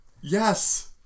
Yes